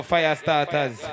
Firestarters